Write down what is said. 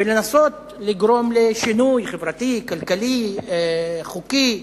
ולנסות לגרום שינוי חברתי, כלכלי, חוקי,